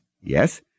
Yes